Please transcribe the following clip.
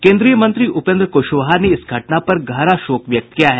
केन्द्रीय मंत्री उपेन्द्र कुशवाहा ने इस घटना पर गहरा शोक व्यक्त किया है